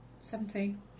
Seventeen